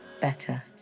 better